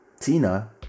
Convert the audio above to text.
Tina